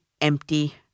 empty